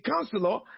counselor